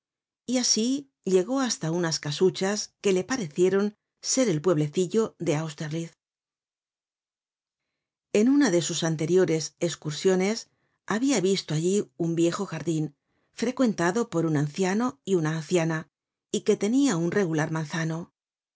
y asi llegó hasta unas casuchas que le parecieron ser el pueblecillo de austerlitz en una de sus anteriores escursiones habia visto allí un viejo jardin frecuentado por un anciano y una anciana y que tenia un regular manzano al